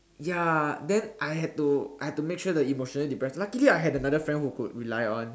ya then I had to I had to make sure the emotionally depressed luckily I had another friend who could rely on